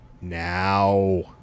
now